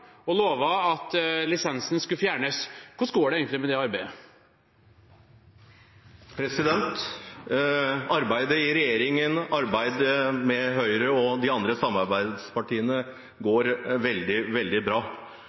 at lisensen skulle fjernes. Hvordan går det egentlig med det arbeidet? Arbeidet i regjeringen med Høyre og de andre samarbeidspartiene går veldig, veldig bra.